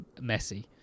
messy